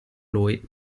lui